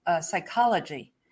psychology